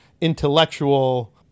intellectual